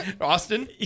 Austin